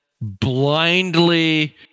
blindly